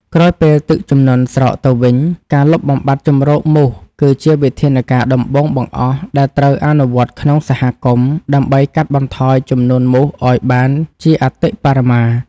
ក្រោយពេលទឹកជំនន់ស្រកទៅវិញ ការលុបបំបាត់ជម្រកមូសគឺជាវិធានការដំបូងបង្អស់ដែលត្រូវអនុវត្តក្នុងសហគមន៍ ដើម្បីកាត់បន្ថយចំនួនមូសឱ្យបានជាអតិបរមា។